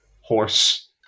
horse